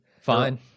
Fine